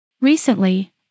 Recently